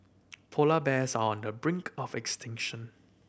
polar bears are on the brink of extinction